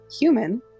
human